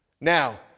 Now